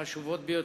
ביותר.